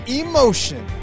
emotion